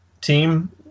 team